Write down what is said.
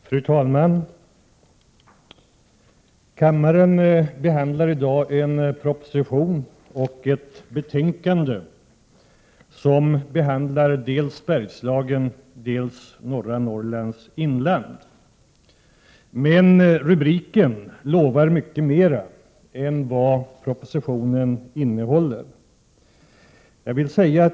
Fru talman! Kammaren behandlar i dag en proposition och ett antal betänkanden om dels Bergslagen, dels norra Norrlands inland. Men rubriken lovar mycket mer än propositionen innehåller.